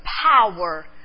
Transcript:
power